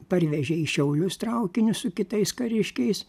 parvežė į šiaulius traukiniu su kitais kariškiais